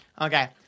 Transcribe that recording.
Okay